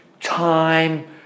time